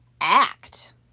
act